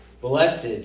Blessed